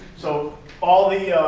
so all the